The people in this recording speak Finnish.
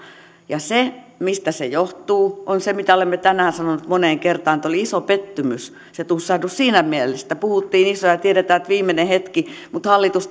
se mistä se johtuu on se mitä olemme tänään sanoneet moneen kertaan että oli iso pettymys se tussahdus siinä mielessä että puhuttiin isoja ja tiedetään että on viimeinen hetki mutta hallitus